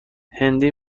هندی